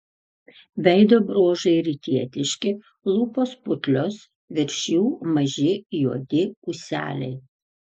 veido bruožai rytietiški lūpos putlios virš jų maži juodi ūseliai